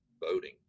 voting